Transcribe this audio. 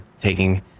taking